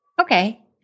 Okay